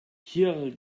hier